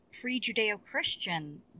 pre-judeo-christian